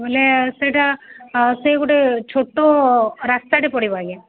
ବୋଲେ ସେଇଟା ସେ ଗୋଟେ ଛୋଟ ରାସ୍ତାଟେ ପଡ଼ିବ ଆଜ୍ଞା